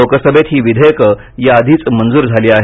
लोकसभेत ही विधेयकं याआधीच मंजूर झाली आहेत